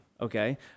okay